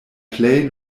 plej